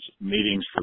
meetings